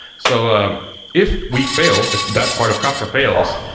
so um if we fail, if that part of kafka fails,